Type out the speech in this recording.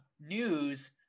news